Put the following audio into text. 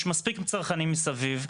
יש מספיק צרכנים מסביב,